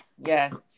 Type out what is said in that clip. Yes